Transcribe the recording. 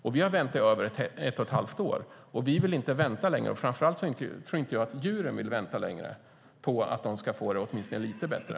Vi har väntat i över ett och ett halvt år. Vi vill inte vänta längre, och framför allt tror jag inte att djuren vill vänta längre på att få det åtminstone lite bättre.